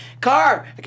car